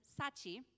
Sachi